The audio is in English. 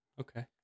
Okay